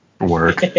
Work